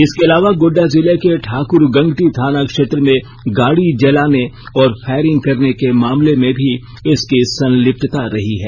इसके अलावा गोड्डा जिले के ठाक्रगंगटी थाना क्षेत्र में गाड़ी जलाने और फायरिंग करने के मामले में भी इसकी संलिप्तता रही है